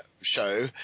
show